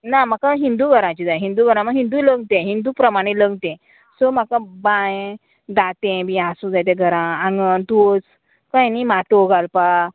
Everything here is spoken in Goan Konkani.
ना म्हाका हिंदू घरांची जाय हिंदू घरां म्हण हिंदू लग्न तें हिंदू प्रमाणे लग्न तें सो म्हाका बांय दातें बी आसूं जाय त्या घरां आंगण तुळस कळें न्ही माटोव घालपा